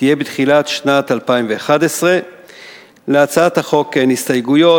תהיה בתחילת שנת 2011. להצעת החוק אין הסתייגויות.